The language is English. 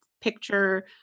picture